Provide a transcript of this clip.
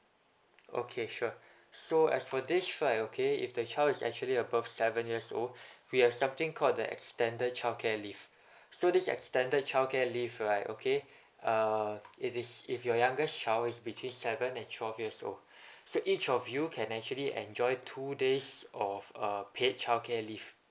okay sure so as for this right okay if the child is actually above seven years old we have something called the extended childcare leave so this extended childcare leave right okay err it is if your youngest child is between seven and twelve years old so each of you can actually enjoy two days of uh paid childcare leave